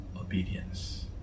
obedience